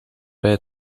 bij